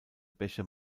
bäche